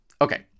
okay